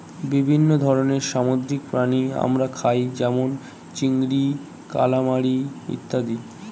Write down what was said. বিভিন্ন ধরনের সামুদ্রিক প্রাণী আমরা খাই যেমন চিংড়ি, কালামারী ইত্যাদি